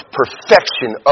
perfection